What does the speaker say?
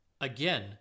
Again